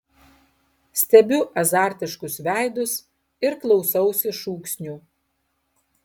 stebiu azartiškus veidus ir klausausi šūksnių